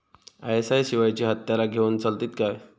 ISI शिवायची हत्यारा घेऊन चलतीत काय?